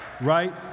right